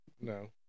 No